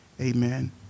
Amen